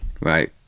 right